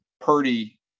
Purdy